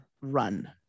run